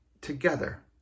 together